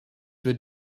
für